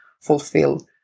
fulfill